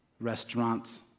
restaurants